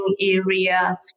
area